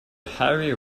harry